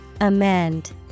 Amend